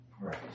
right